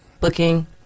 booking